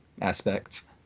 aspects